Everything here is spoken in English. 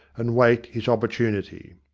and wait his opportunity.